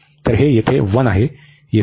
तर हे येथे 1 आहे